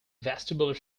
vestibular